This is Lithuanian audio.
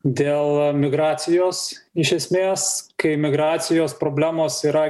dėl migracijos iš esmės kai migracijos problemos yra